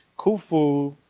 khufu